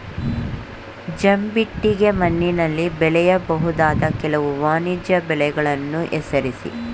ಜಂಬಿಟ್ಟಿಗೆ ಮಣ್ಣಿನಲ್ಲಿ ಬೆಳೆಯಬಹುದಾದ ಕೆಲವು ವಾಣಿಜ್ಯ ಬೆಳೆಗಳನ್ನು ಹೆಸರಿಸಿ?